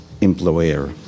Employer